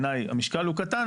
המשקל הוא קטן,